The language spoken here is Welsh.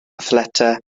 athletau